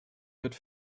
wird